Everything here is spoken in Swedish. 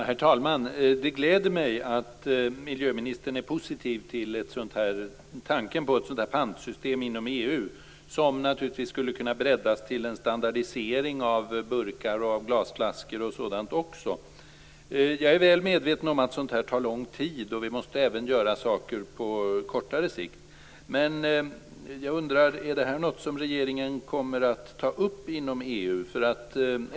Herr talman! Det gläder mig att miljöministern är positiv till tanken på ett pantsystem inom EU som naturligtvis skulle kunna breddas till en standardisering av burkar, glasflaskor och sådant också. Jag är väl medveten om att sådant här tar lång tid och att vi även måste göra saker på kortare sikt. Men jag undrar: Är det här något som regeringen kommer att ta upp inom EU?